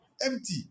Empty